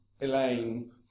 Elaine